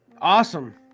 awesome